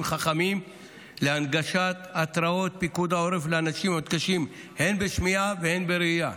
חכמים להנגשת התרעות פיקוד העורף לאנשים המתקשים הן בשמיעה והן בראייה.